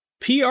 PR